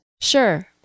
sure